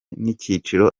n’icyiciro